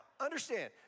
understand